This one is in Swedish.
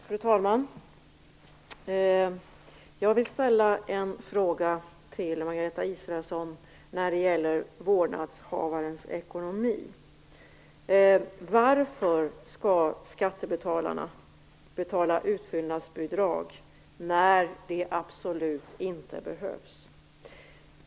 Fru talman! Jag vill till Margareta Israelsson ställa en fråga om vårdnadshavarens ekonomi: Varför skall skattebetalarna betala utfyllnadsbidrag när det absolut inte behövs?